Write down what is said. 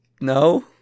No